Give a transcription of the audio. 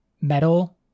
metal